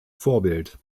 vorbild